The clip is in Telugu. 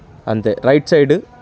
అంతే రైట్ సైడు